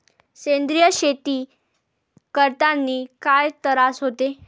सेंद्रिय शेती करतांनी काय तरास होते?